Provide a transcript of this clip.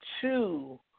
two